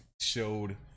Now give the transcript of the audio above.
showed